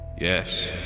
Yes